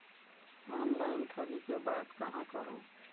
Online ठगी के बाद कहां करों?